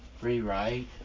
Rewrite